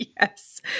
Yes